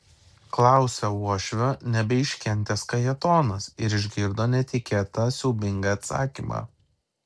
klausia uošvio nebeiškentęs kajetonas ir išgirdo netikėtą siaubingą atsakymą